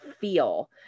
feel